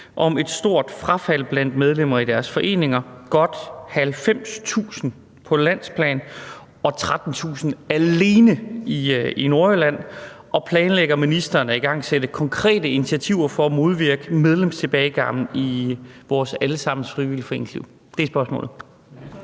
om et stort frafald blandt medlemmer i deres foreninger, godt 90.000 på landsplan, og 13.000 alene i Nordjylland, og planlægger ministeren at igangsætte konkrete initiativer for at modvirke medlemstilbagegangen i vores allesammens frivillige foreningsliv? Det er spørgsmålet.